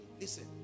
Listen